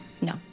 No